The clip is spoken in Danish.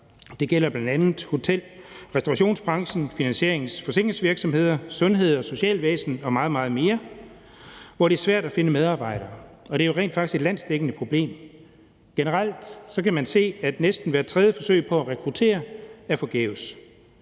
Det gælder bl.a. hotel- og restaurationsbranchen, finansierings- og forsikringsvirksomheder, sundheds- og socialvæsen og meget, meget mere, hvor det er svært at finde medarbejdere. Og det er jo rent faktisk et landsdækkende problem. Generelt kan man se, at næsten hver tredje forsøg på at rekruttere er forgæves.